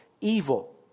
evil